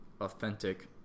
authentic